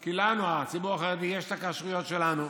כי לנו, הציבור החרדי, יש את הכשרויות שלנו.